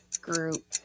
group